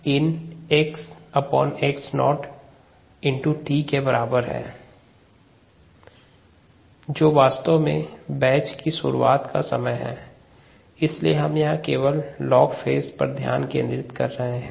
इसलिए 1𝜇 In XX naught t के बराबर है जो वास्तव में बैच की शुरुआत का समय है इसलिए हम यहां केवल लॉग फेज पर ध्यान केंद्रित कर रहे हैं